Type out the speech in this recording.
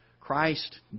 Christ